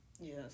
Yes